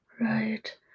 Right